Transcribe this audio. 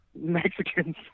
Mexicans